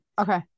Okay